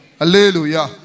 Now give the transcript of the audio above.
Hallelujah